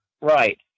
Right